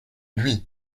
lui